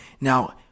Now